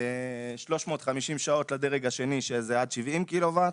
350 שעות לדרג השני, שזה עד 70 קילו-וואט.